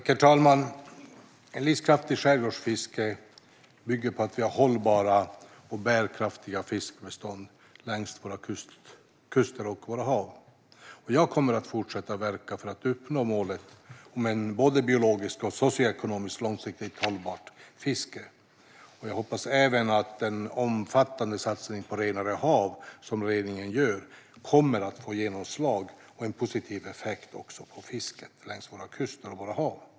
Herr talman! Ett livskraftigt skärgårdsfiske bygger på att vi har hållbara och bärkraftiga fiskbestånd längs våra kuster och i våra hav. Jag kommer att fortsätta verka för att uppnå målet om både ett biologiskt och ett socioekonomiskt långsiktigt hållbart fiske. Jag hoppas även att den omfattande satsning på renare hav som regeringen gör kommer att få genomslag och en positiv effekt också på fisket längs våra kuster och i våra hav.